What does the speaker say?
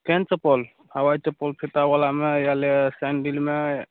केहन चप्पल हवाइ चप्पल फीतावलामे या ले सैंडिलमे